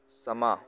ਸਮਾਂ